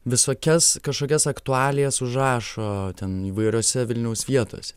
visokias kažkokias aktualijas užrašo ten įvairiose vilniaus vietose